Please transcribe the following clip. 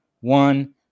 one